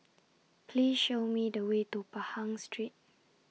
Please Show Me The Way to Pahang Street